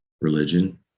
religion